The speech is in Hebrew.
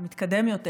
מתקדם יותר,